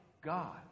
God